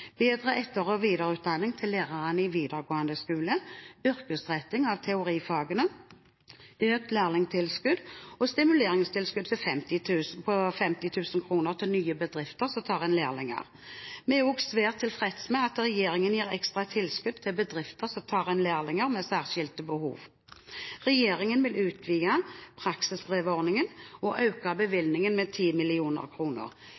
Bedre etter- og videreutdanning til lærerne i videregående skole, yrkesretting av teorifagene, økt lærlingtilskudd og et stimuleringstilskudd på 50 000 kr til nye bedrifter som tar inn lærlinger. Vi er også svært tilfreds med at regjeringen gir ekstra tilskudd til bedrifter som tar inn lærlinger med særskilte behov. Regjeringen vil utvide praksisbrevordningen og